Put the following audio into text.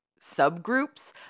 subgroups